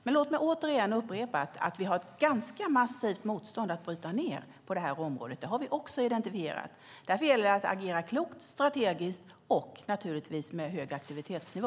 Låt mig dock återigen upprepa att vi har ett ganska massivt motstånd att bryta ned på detta område. Det har vi också identifierat. Därför gäller det att agera klokt, strategiskt och naturligtvis med hög aktivitetsnivå.